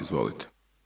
Izvolite.